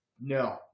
No